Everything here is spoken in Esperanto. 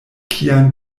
kian